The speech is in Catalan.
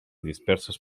disperses